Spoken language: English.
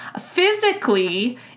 Physically